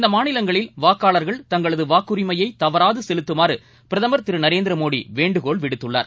இந்த மாநிலங்களில் வாக்காளர்கள் தங்களது வாக்குரிமையை தவறாது செலுத்தமாறு பிரதமர் திரு நரேந்திரமோடி வேண்டுகோள் விடுத்துள்ளார்